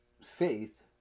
Faith